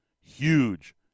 Huge